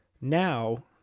Now